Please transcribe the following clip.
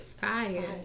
Fire